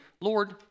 Lord